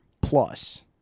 Plus